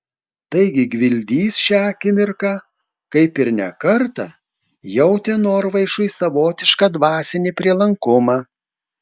taigi gvildys šią akimirką kaip ir ne kartą jautė norvaišui savotišką dvasinį prielankumą